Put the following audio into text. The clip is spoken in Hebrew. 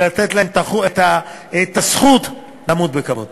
ולתת להם את הזכות למות בכבוד,